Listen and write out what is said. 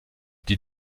die